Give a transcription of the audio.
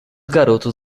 garotos